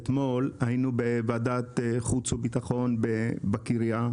אתמול היינו עם ועדת חוץ וביטחון בקריה,